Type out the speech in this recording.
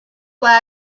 was